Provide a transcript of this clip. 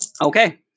Okay